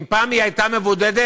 אם פעם היא הייתה מבודדת,